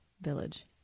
Village